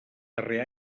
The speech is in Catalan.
darrer